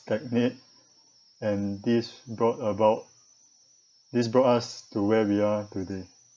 stagnate and this brought about this brought us to where we are today